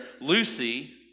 Lucy